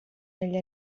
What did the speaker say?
negli